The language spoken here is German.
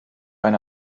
eine